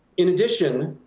in addition,